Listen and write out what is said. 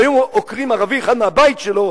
אם היו עוקרים ערבי אחד מהבית שלו,